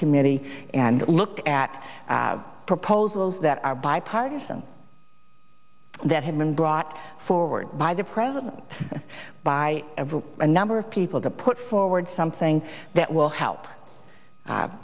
committee and looked at proposals that are bipartisan that had been brought forward by the president by a number of people to put forward something that will help